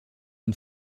une